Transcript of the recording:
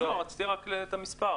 לא, רציתי רק את המספר.